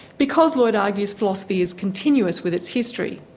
because, lloyd argues, philosophy is continuous with its history.